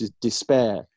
despair